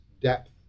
depth